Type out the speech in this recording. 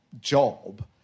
job